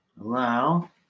Allow